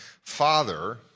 father